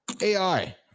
AI